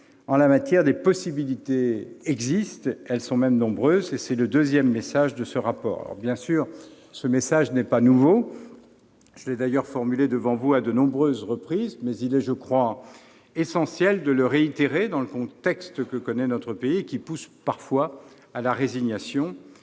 En la matière, des possibilités existent ; elles sont même nombreuses. C'est le deuxième message de ce rapport. Il n'est en rien nouveau- je l'ai d'ailleurs formulé devant vous à de nombreuses reprises -, mais il est, je crois, essentiel de le réitérer dans le contexte que connaît notre pays et qui pousse, parfois, à la résignation.